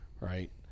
right